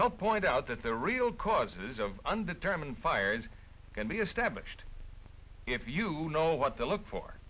help point out that the real causes of undetermined fires can be established if you know what to look for